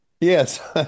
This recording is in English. Yes